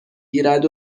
گیرد